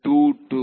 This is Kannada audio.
ವಿದ್ಯಾರ್ಥಿ2 2